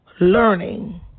learning